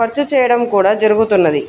ఖర్చు చేయడం కూడా జరుగుతున్నది